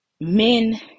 men